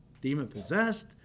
Demon-possessed